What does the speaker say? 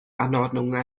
anordnungen